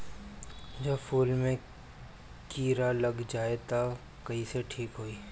जब फूल मे किरा लग जाई त कइसे ठिक होई?